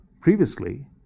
Previously